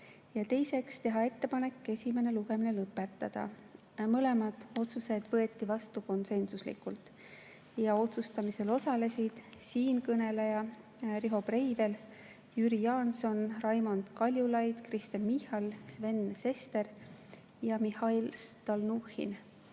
Ja teiseks, teha ettepanek esimene lugemine lõpetada. Mõlemad otsused võeti vastu konsensuslikult ja otsustamisel osalesid siinkõneleja, Riho Breivel, Jüri Jaanson, Raimond Kaljulaid, Kristen Michal, Sven Sester ja Mihhail Stalnuhhin.